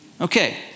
Okay